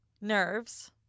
Nerves